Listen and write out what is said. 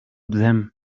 them